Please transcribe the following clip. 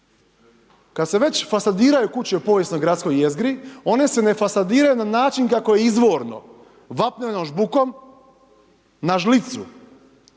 Kad se već fasadiraju kuće u povijesnoj gradskoj jezgri, one se ne fasadiraju na način kako je izvorno, vapnenom žbukom na žlicu.